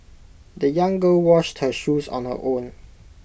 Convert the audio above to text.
the young girl washed her shoes on her own